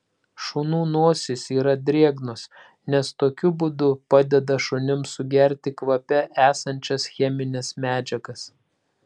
šunų nosys yra drėgnos nes tokiu būdu padeda šunims sugerti kvape esančias chemines medžiagas